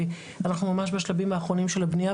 אנחנו ממש בשלבים אחרונים של הבנייה,